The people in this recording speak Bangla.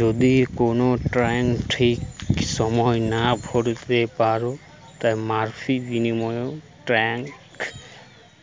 যদি কুনো ট্যাক্স ঠিক সময়ে না ভোরতে পারো, মাফীর বিনিময়ও ট্যাক্স